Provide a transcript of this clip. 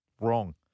wrong